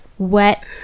Wet